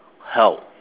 help